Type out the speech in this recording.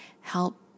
help